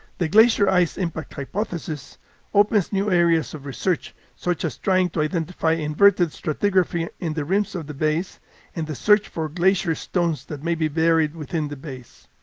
the glacier ice impact hypothesis opens new areas of research, such as trying to identify inverted stratigraphy in the rims of the bays and the search for glacier stones that may be buried within the bays.